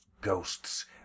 ghosts